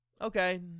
Okay